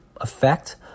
effect